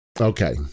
Okay